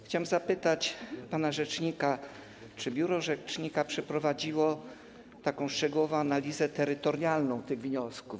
Chciałbym zapytać pana rzecznika: Czy biuro rzecznika przeprowadziło szczegółową analizę terytorialną tych wniosków?